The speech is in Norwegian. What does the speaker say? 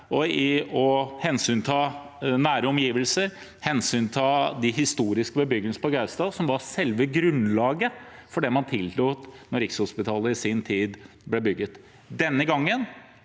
på å hensynta nære omgivelser, hensynta den historiske bebyggelsen på Gaustad, som var selve grunnlaget for det man tillot da Rikshospitalet i sin tid ble bygget. Denne gangen